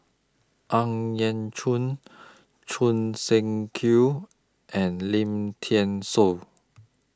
Ang Yau Choon Choon Seng Quee and Lim Thean Soo